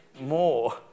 More